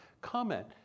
comment